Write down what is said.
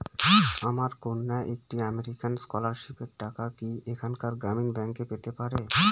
আমার কন্যা একটি আমেরিকান স্কলারশিপের টাকা কি এখানকার গ্রামীণ ব্যাংকে পেতে পারে?